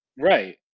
Right